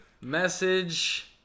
message